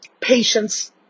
Patience